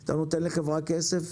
אתה נותן לחברה כסף,